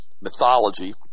mythology